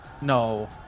No